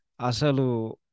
Asalu